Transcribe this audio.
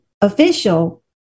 official